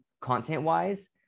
content-wise